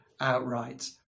outright